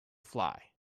fly